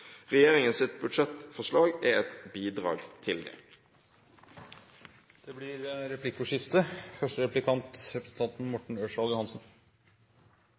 budsjettforslag er et bidrag til det. Det blir replikkordskifte.